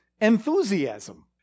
enthusiasm